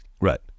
Right